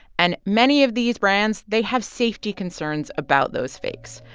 and many of these brands, they have safety concerns about those fakes.